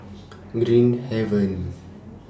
Green Haven